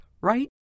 right